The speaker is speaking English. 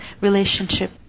relationship